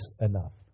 enough